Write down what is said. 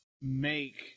make